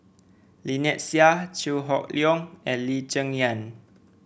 Lynnette Seah Chew Hock Leong and Lee Cheng Yan